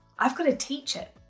i've got to teach it!